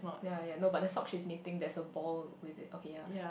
ya ya no but the socks she's knitting there's a ball with it okay ya